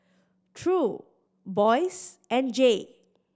True Boyce and Jay